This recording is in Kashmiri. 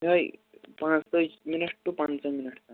یِہَے پانٛژتٲجۍ مِنٛٹ ٹُو پَنٛژاہ مِنٛٹ تام